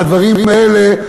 והדברים האלה,